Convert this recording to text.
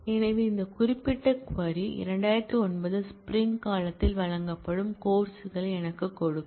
எனவே இந்த குறிப்பிட்ட க்வரி 2009 ஸ்ப்ரிங் காலத்தில் வழங்கப்படும் கோர்ஸ் களை எனக்குக் கொடுக்கும்